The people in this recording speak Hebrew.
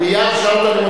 אני מייד אשאל אותו,